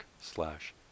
slash